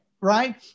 right